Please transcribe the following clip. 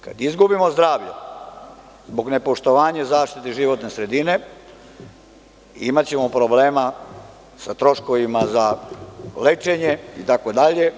Kad izgubimo zdravlje zbog nepoštovanja zaštite životne sredine, imaćemo problema sa troškovima za lečenje itd.